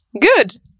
Good